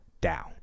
down